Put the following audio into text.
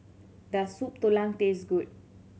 does Soup Tulang taste good